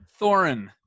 thorin